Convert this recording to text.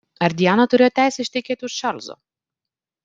ar diana turėjo teisę ištekėti už čarlzo